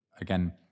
Again